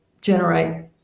generate